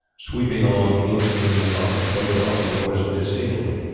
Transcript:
sweeping along close to them they often broke off the oars and disabled them.